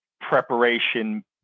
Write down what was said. preparation